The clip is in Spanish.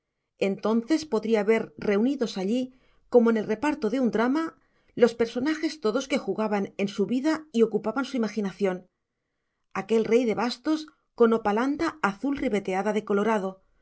entonces podría ver reunidos allí como en el reparto de un drama los personajes todos que jugaban en su vida y ocupaban su imaginación aquel rey de bastos con hopalanda azul ribeteada